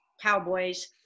Cowboys